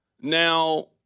Now